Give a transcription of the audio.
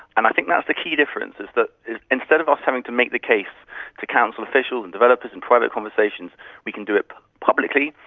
and i think that's the key difference, is that instead of us having to make the case to council officials and developers and private conversations we can do it publicly,